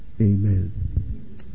amen